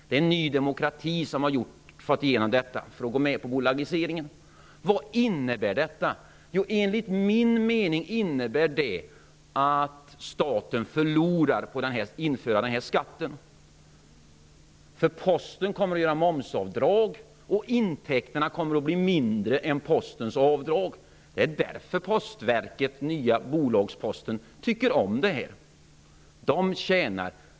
Det är Ny demokrati som har fått igenom det för att gå med på bolagiseringen. Vad innebär detta? Jo, enligt min mening innebär det att staten förlorar på att införa denna skatt. Posten kommer att göra momsavdrag, och intäkterna kommer att bli mindre än Postens avdrag. Det är därför Postverket/nya bolagsposten tycker om detta. De tjänar på förslaget.